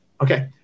Okay